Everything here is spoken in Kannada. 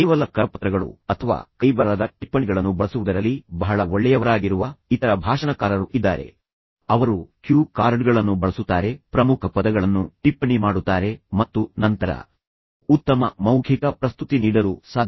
ಕೇವಲ ಕರಪತ್ರಗಳು ಅಥವಾ ಕೈಬರಹದ ಟಿಪ್ಪಣಿಗಳನ್ನು ಬಳಸುವುದರಲ್ಲಿ ಬಹಳ ಒಳ್ಳೆಯವರಾಗಿರುವ ಇತರ ಭಾಷಣಕಾರರು ಇದ್ದಾರೆ ಅವರು ಕ್ಯೂ ಕಾರ್ಡ್ಗಳನ್ನು ಬಳಸುತ್ತಾರೆ ಪ್ರಮುಖ ಪದಗಳನ್ನು ಟಿಪ್ಪಣಿ ಮಾಡುತ್ತಾರೆ ಮತ್ತು ನಂತರ ಉತ್ತಮ ಮೌಖಿಕ ಪ್ರಸ್ತುತಿ ನೀಡಲು ಸಾಧ್ಯ